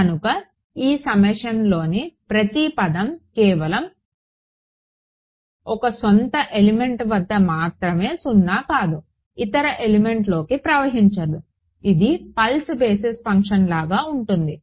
కనుక ఈ సమ్మేషన్లోని ప్రతి పదం కేవలం ఒక సొంత ఎలిమెంట్ వద్ద మాత్రమే సున్నా కాదుఇతర ఎలిమెంట్లోకి ప్రవహించదు అది పల్స్ బేసిస్ ఫంక్షన్ లాగా ఉంటుంది